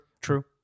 True